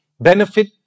benefit